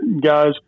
guys